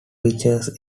pitchers